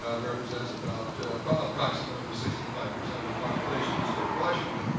um represents about approximately sixty five percent of the population in the state of washington.